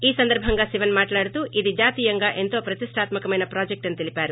ఈ సందర్బంగా శివస్ మాట్లాడుతూ ఇది జాతీయంగా ఎంతో ప్రతిష్టాతకమైన ప్రాజెక్ట్ అని తెలిపారు